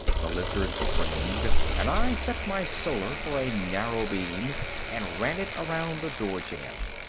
the lizards cringed and i set my solar for a narrow beam and ran it around the door jamb.